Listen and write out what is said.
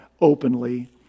openly